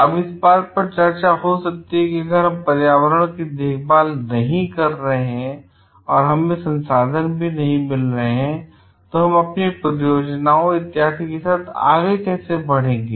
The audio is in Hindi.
अब इस बात पर चर्चा हो सकती है कि अगर हम पर्यावरण की देखभाल नहीं कर रहे हैं और हमें संसाधन भी नहीं मिल रहे हैं तो हम अपनी परियोजनाओं इत्यादि के साथ कैसे आगे बढ़ेंगे